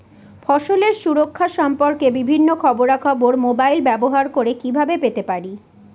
ফসলের সুরক্ষা সম্পর্কে বিভিন্ন খবরা খবর মোবাইল ব্যবহার করে কিভাবে পেতে পারি?